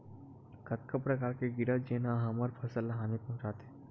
कतका प्रकार के कीड़ा जेन ह हमर फसल ल हानि पहुंचाथे?